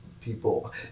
people